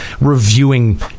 reviewing